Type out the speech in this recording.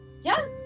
Yes